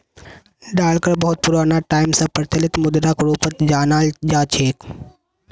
डालरक बहुत पुराना टाइम स प्रचलित मुद्राक रूपत जानाल जा छेक